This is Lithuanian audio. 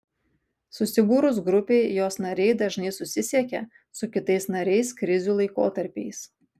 susibūrus grupei jos nariai dažnai susisiekia su kitais nariais krizių laikotarpiais